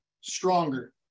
stronger